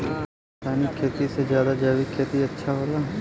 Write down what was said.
रासायनिक खेती से ज्यादा जैविक खेती अच्छा होला